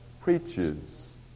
preaches